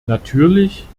natürlich